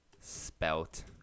spelt